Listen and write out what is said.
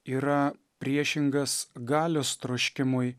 yra priešingas galios troškimui